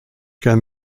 can